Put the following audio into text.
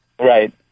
Right